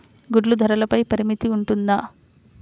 గుడ్లు ధరల పై పరిమితి ఉంటుందా?